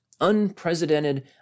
unprecedented